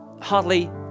Hardly